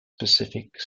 specific